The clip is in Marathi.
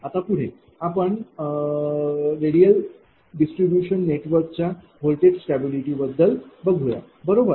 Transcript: आता पुढे आपण पण रेडियल डिस्ट्रीब्यूशन नेटवर्क च्या व्होल्टेज स्टॅबिलिटी बद्दल बघूया बरोबर